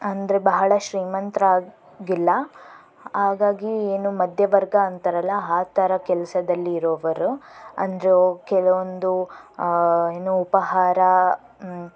ಅಂದರೆ ಬಹಳ ಶ್ರೀಮಂತರಾಗಿ ಗಿಲ್ಲ ಹಾಗಾಗಿ ಏನು ಮಧ್ಯವರ್ಗ ಅಂತಾರಲ್ಲ ಆ ಥರ ಕೆಲಸದಲ್ಲಿ ಇರೋವ್ರು ಅಂದರೆ ಕೆಲವೊಂದು ಏನು ಉಪಹಾರ